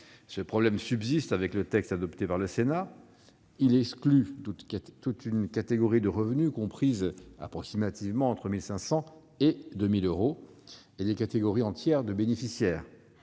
Ce problème subsiste dans le texte adopté par le Sénat, qui exclut toute une catégorie de revenus, compris approximativement entre 1 500 et 2 000 euros. Il exclut également des catégories entières de bénéficiaires